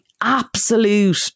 absolute